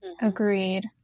Agreed